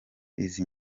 izi